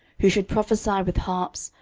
who should prophesy with harps,